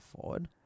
forward